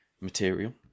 material